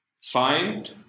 find